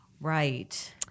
Right